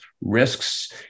risks